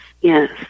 yes